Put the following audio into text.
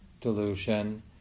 delusion